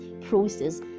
process